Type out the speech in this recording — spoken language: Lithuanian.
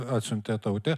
atsiuntė tautė